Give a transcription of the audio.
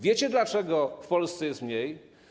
Wiecie, dlaczego w Polsce jest mniej?